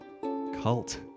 Cult